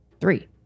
Three